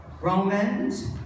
Romans